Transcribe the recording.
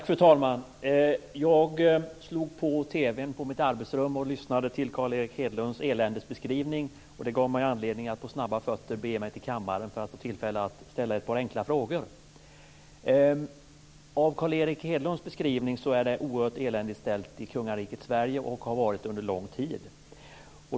Fru talman! Jag slog på TV:n på mitt arbetsrum och lyssnade till Carl Erik Hedlunds eländesbeskrivning, och det gav mig anledning att på snabba fötter bege mig till kammaren för att få tillfälle att ställa ett par enkla frågor. Av Carl Erik Hedlunds beskrivning att döma är det oerhört eländigt ställt i kungariket Sverige och har varit det under lång tid.